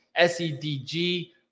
SEDG